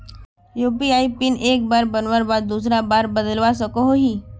UPI PIN एक बार बनवार बाद दूसरा बार बदलवा सकोहो ही?